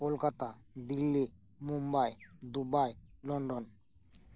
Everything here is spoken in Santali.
Kolkata Delhi Mumbai Dubai London